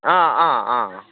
अ अ अ